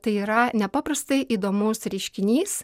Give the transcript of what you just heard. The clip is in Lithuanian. tai yra nepaprastai įdomus reiškinys